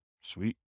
Sweet